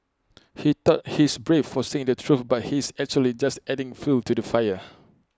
he thought he's brave for saying the truth but he's actually just adding fuel to the fire